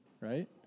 right